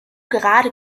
gerade